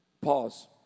Pause